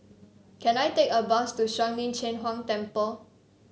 can I take a bus to Shuang Lin Cheng Huang Temple